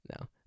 no